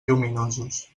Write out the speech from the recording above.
lluminosos